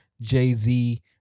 Jay-Z